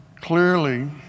clearly